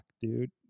dude